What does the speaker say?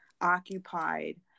occupied